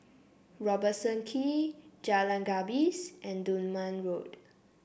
Robertson Quay Jalan Gapis and Dunman Road